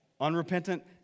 unrepentant